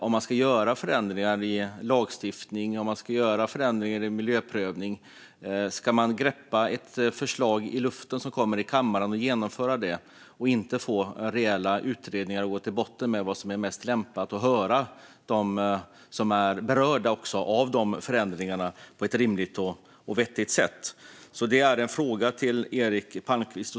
Om man ska göra förändringar i lagstiftning eller miljöprövning, ska man då greppa ett förslag som kommer i kammaren i luften och genomföra det i stället för att göra rejäla utredningar och gå till botten med vad som är mest lämpligt och även höra dem som berörs av förändringarna på ett rimligt och vettigt sätt? Detta är en fråga till Eric Palmqvist.